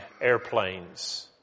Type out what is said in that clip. airplanes